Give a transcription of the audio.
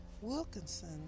wilkinson